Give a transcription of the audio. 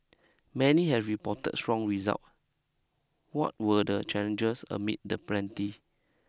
many have reported strong result what were the challenges amid the plenty